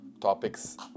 topics